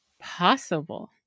Possible